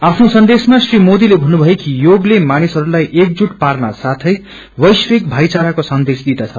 आफ्नो सन्देशमा श्रीमोदीले भन्नुभयो कि योगले मानिसहरूलाई एकजुट पार्नसाथै वैश्विक भाइचारको सन्देश दिँदछ